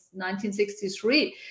1963